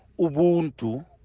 Ubuntu